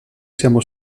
siamo